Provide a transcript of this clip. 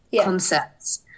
concepts